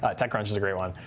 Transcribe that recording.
ah techcrunch is a great one.